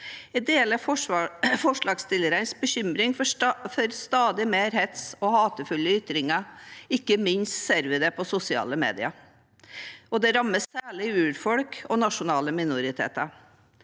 Jeg deler forslagsstillernes bekymring for stadig mer hets og hatefulle ytringer. Ikke minst ser vi det i sosiale medier. Det rammer særlig urfolk og nasjonale minoriteter.